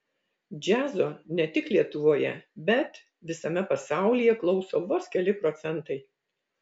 džiazo ne tik lietuvoje bet visame pasaulyje klauso vos keli procentai